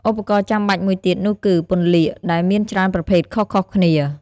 ឧបករណ៍ចាំបាច់មួយទៀតនោះគឺ ពន្លាកដែលមានច្រើនប្រភេទខុសៗគ្នា។